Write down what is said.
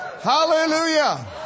Hallelujah